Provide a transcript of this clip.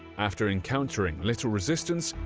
after encountering little resistance,